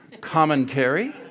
commentary